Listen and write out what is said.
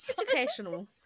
educational